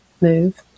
move